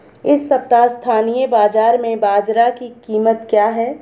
इस सप्ताह स्थानीय बाज़ार में बाजरा की कीमत क्या है?